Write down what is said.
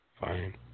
Fine